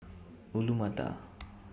Alu Matar